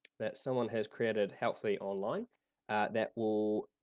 that someone has created helpfully online that will,